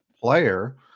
player